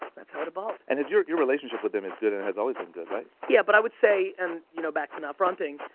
that's how it evolved. and your your relationship with them is good and has always been good, right? yeah but i would say and you know, back to not fronting,